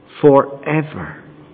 forever